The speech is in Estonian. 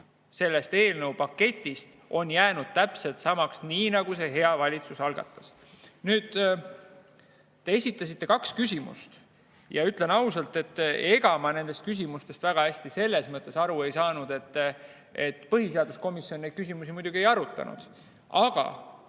sellest eelnõupaketist on jäänud täpselt samaks, selliseks, nagu see hea valitsus algatas. Te esitasite kaks küsimust ja ütlen ausalt, et ega ma nendest küsimustest väga hästi aru ei saanud. Põhiseaduskomisjon neid küsimusi muidugi ei arutanud. Aga